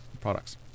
products